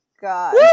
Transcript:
god